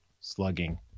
slugging